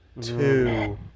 two